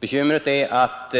Bekymret är att